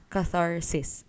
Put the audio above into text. Catharsis